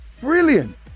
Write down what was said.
Brilliant